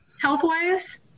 health-wise